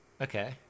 Okay